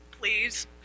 please